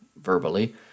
verbally